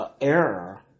error